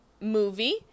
movie